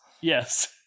Yes